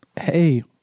hey